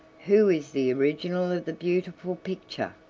who is the original of the beautiful picture?